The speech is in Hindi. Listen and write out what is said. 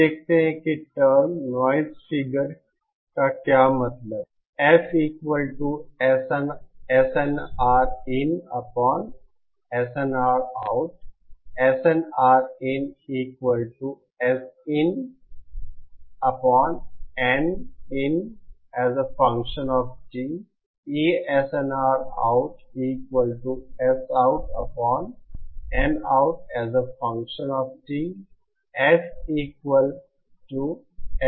अब देखते हैं कि टर्म नॉइज़ फिगर का क्या मतलब है